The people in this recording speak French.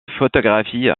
photographie